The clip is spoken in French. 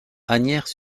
asnières